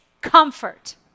comfort